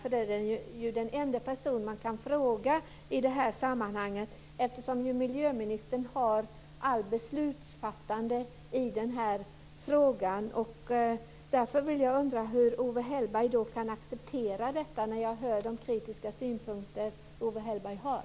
Han är ju den enda person man kan fråga i sammanhanget, eftersom han har allt beslutsfattande i frågan. Jag undrar hur Owe Hellberg kan acceptera det här, när jag hör de kritiska synpunkter han har.